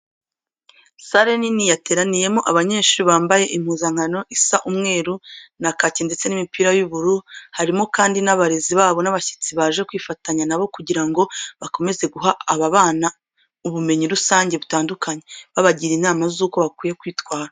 Salle nini yateraniyemo abanyeshuri bambaye impuzankano isa umweru na kake ndetse n'imipira y'ubururu. Harimo kandi n'abarezi babo n'abashyitsi baje kwifatanya na bo kugira ngo bakomeze guha aba bana ubumenyi rusange butandukanye, babagira inama z'uko bakwiye kwitwara.